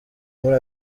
muri